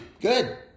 good